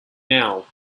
now